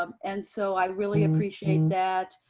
and so i really appreciate that.